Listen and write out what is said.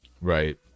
Right